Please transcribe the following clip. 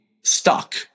stuck